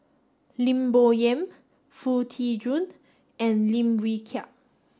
Lim Bo Yam Foo Tee Jun and Lim Wee Kiak